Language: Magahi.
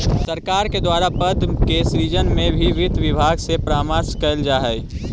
सरकार के द्वारा पद के सृजन में भी वित्त विभाग से परामर्श कैल जा हइ